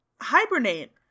hibernate